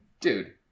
dude